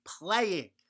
playing